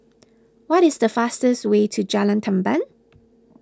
what is the fastest way to Jalan Tamban